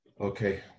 Okay